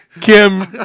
Kim